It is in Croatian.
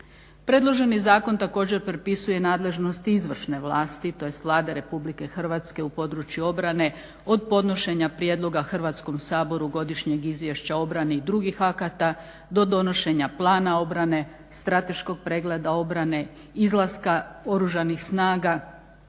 Predloženi zakon također propisuje nadležnost izvršne vlasti, tj. Vlade Republike Hrvatske u području obrane od podnošenja prijedloga Hrvatskom saboru, godišnjeg izvješća o obrani i drugih akata do donošenja plana obrane, strateškog pregleda obrane, izlaska Oružanih snaga